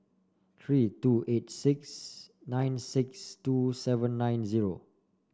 three two eight six nine six two seven nine zero